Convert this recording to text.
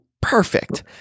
perfect